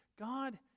God